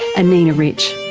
and anina rich.